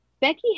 Becky